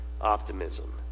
optimism